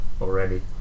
already